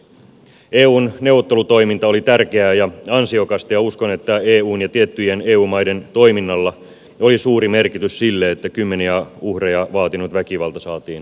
eun neuvottelutoiminta oli tärkeää ja ansiokasta ja uskon että eun ja tiettyjen eu maiden toiminnalla oli suuri merkitys sille että kymmeniä uhreja vaatinut väkivalta saatiin loppumaan